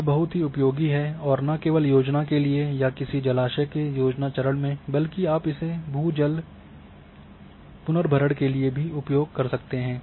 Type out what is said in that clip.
यह बहुत ही उपयोगी है और न केवल योजना के लिए या किसी जलाशय के योजना चरण में बल्कि आप इसे भू जल पुनर्भरण के लिए भी उपयोग कर सकते हैं